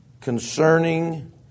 concerning